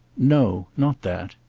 no not that.